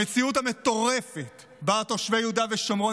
המציאות המטורפת שבה תושבי יהודה ושומרון